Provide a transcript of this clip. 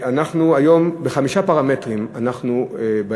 אנחנו באים היום ומשנים בחמישה פרמטרים את החוק